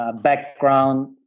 background